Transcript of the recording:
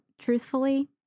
truthfully